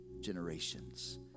generations